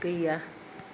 गैया